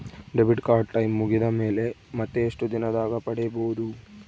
Debit card time ಮುಗಿದ ಮೇಲೆ ಮತ್ತೆ ಎಷ್ಟು ದಿನದಾಗ ಪಡೇಬೋದು?